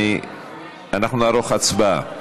אנחנו נערוך הצבעה.